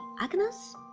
Agnes